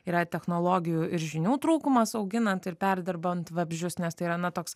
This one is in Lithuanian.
yra technologijų ir žinių trūkumas auginant ir perdirbant vabzdžius nes tai yra na toks